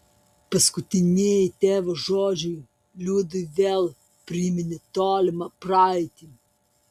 paskutinieji tėvo žodžiai liudui vėl priminė tolimą praeitį